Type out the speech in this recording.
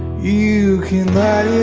you can